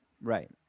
Right